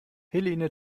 helene